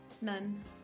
none